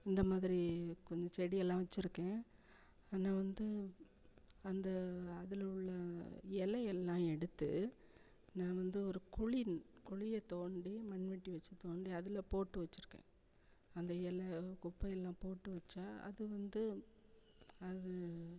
இந்தமாதிரி கொஞ்சம் செடியெல்லாம் வச்சுருக்கேன் ஆனால் வந்து அந்த அதில் உள்ள இலையெல்லாம் எடுத்து நான் வந்து ஒரு குழி குழிய தோண்டி மண்வெட்டி வச்சு தோண்டி அதில் போட்டு வச்சுருக்கேன் அந்த எலை குப்பையெல்லாம் போட்டு வச்சால் அது வந்து அது